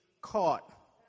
caught